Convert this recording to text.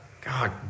God